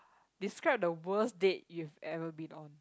describe the worst date you've ever been on